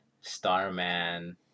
Starman